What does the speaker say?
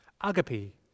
agape